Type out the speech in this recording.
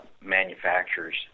manufacturers